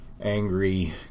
angry